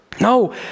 No